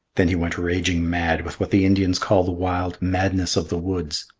then he went raging mad with what the indians call the wild madness of the woods.